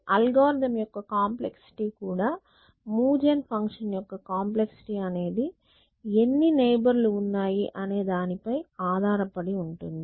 algorithm యొక్క complexity కూడా move gen function యొక్క కాంప్లెక్సిటీ అనేది ఎన్ని నైబర్ లు ఉన్నాయి అనే దానిపై ఆధారపడి ఉంటుంది